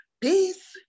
peace